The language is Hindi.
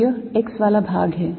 तो यह x वाला भाग है